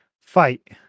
fight